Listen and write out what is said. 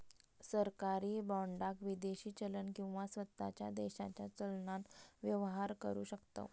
सरकारी बाँडाक विदेशी चलन किंवा स्वताच्या देशाच्या चलनान व्यवहार करु शकतव